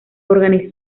organice